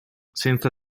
senza